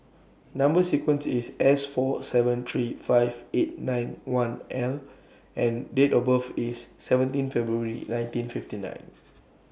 Number sequence IS S four seven three five eight nine one L and Date of birth IS seventeen February nineteen fifty nine